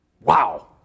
Wow